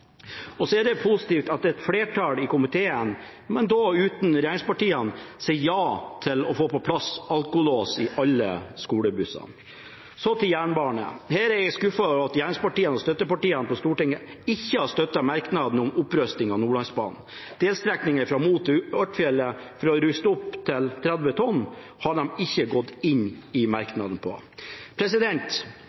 Så er det positivt at et flertall i komiteen, men da uten regjeringspartiene, sier ja til å få på plass alkolås i alle skolebussene. Så til jernbane: Her er jeg skuffet over at regjeringspartiene og støttepartiene på Stortinget ikke har støttet merknaden om opprustning av Nordlandsbanen, delstrekningen fra Mo i Rana til Ørtfjellet. Å ruste den opp til 30 tonn har de ikke